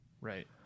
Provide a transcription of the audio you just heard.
Right